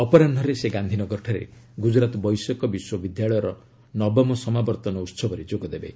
ଅପରାହ୍କରେ ସେ ଗାନ୍ଧିନଗରଠାରେ ଗୁକୁରାତ୍ ବୈଷୟିକ ବିଶ୍ୱବିଦ୍ୟାଳୟର ନବମ ସମାବର୍ତ୍ତନ ଉହବରେ ଯୋଗଦେବେ